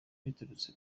biturutse